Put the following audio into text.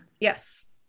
Yes